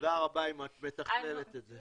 תודה רבה אם את מתכננת את זה.